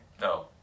No